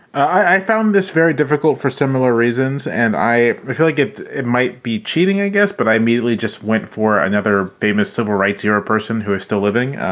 i found this very difficult for similar reasons. and i feel like it it might be cheating, i guess. but i immediately just went for another famous civil rights era person who is still living,